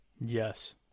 yes